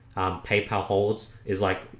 paper holds is like,